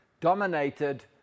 dominated